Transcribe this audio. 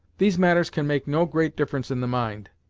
these matters can make no great difference in the mind,